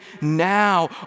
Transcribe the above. now